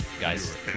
guys